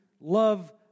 love